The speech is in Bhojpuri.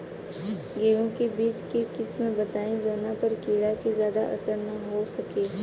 गेहूं के बीज के किस्म बताई जवना पर कीड़ा के ज्यादा असर न हो सके?